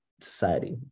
society